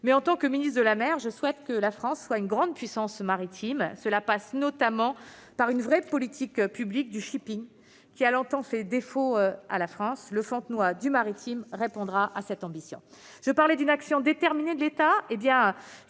mais en tant que ministre de la mer, je souhaite que notre pays soit une grande puissance maritime. Cela passe notamment par une véritable politique publique du, qui nous a longtemps fait défaut. Le Fontenoy du Maritime répondra à cette ambition. Je parlais d'une action déterminée de l'État :